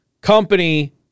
company